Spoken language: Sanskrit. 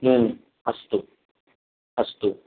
अस्तु अस्तु